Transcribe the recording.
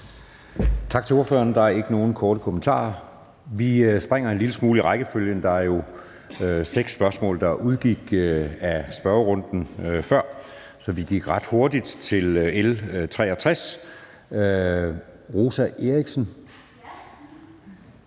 Tak til ordføreren. Der er ikke nogen korte bemærkninger. Vi springer en lille smule i rækkefølgen – der er jo seks spørgsmål, der udgik af spørgetiden før, så vi gik ret hurtigt til L 63. Hvis fru Rosa Eriksen